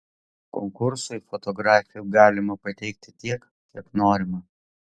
konkursui fotografijų galima pateikti tiek kiek norima